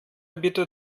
bitte